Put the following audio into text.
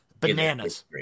Bananas